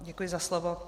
Děkuji za slovo.